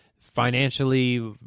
financially